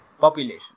population